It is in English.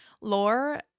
Lore